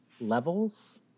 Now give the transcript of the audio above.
levels